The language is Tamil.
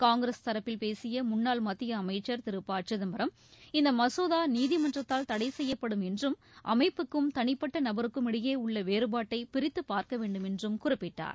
காங்கிரஸ் தரப்பில் பேசிய முன்னாள் மத்திய அமைச்சர் திரு ப சிதம்பரம் இந்த மசோதா நீதிமன்றத்தால் தடை செய்யப்படும் என்றும் அமைப்புக்கும் தனிப்பட்ட நபருக்கும் இடையே உள்ள வேறுபாட்டை பிரித்துப் பார்க்க வேண்டும் என்றும் குறிப்பிட்டார்